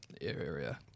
area